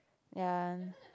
ya